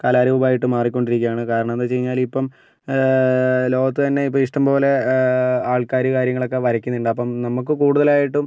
കലാരൂപമായിട്ട് മാറിക്കൊണ്ടിരിക്കുകയാണ് കാരണം എന്തെന്ന് വെച്ച് കഴിഞ്ഞാൽ ഇപ്പം ലോകത്ത് തന്നെ ഇപ്പം ഇഷ്ടംപോലെ ആള്ക്കാർ കാര്യങ്ങൾ വരയ്ക്കുന്നുണ്ട് അപ്പം നമുക്ക് കൂടുതലായിട്ടും